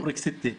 אמרכ, סיתי.